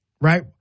Right